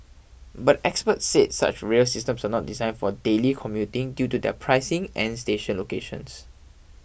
but experts said such rail systems are not design for daily commuting due to their pricing and station locations